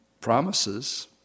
promises